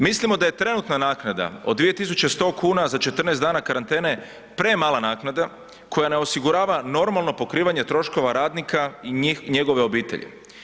Mislimo da je trenutna naknada od 2.100 kuna za 14 dana karantene premala naknada koja ne osigurava normalno pokrivanje troškova radnika i njegove obitelji.